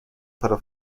para